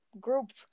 group